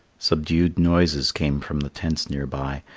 subdued noises came from the tents near by,